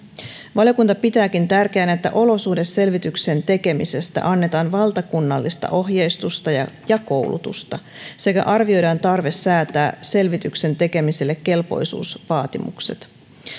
valiokunta pitääkin tärkeänä että olosuhdeselvityksen tekemisestä annetaan valtakunnallista ohjeistusta ja ja koulutusta sekä arvioidaan tarve säätää selvityksen tekemiselle kelpoisuusvaatimukset